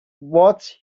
what